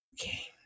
Okay